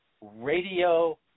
Radio